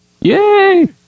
Yay